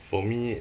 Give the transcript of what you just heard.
for me